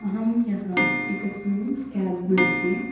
अहं ह्यः एकस्मिन् केब् मध्ये